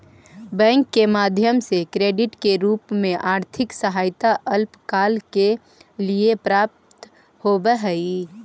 bank के माध्यम से क्रेडिट के रूप में आर्थिक सहायता अल्पकाल के लिए प्राप्त होवऽ हई